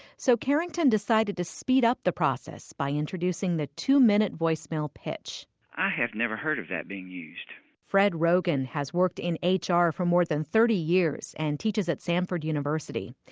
so carrington decided to speed up the process by introducing the two-minute voice mail pitch i have never heard of that being used fred rogan has worked in ah hr for more than thirty years and teaches at samford university.